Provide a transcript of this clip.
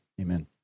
amen